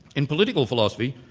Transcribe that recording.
in political philosophy,